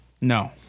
No